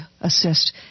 assist